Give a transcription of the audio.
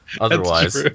Otherwise